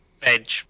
veg